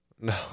no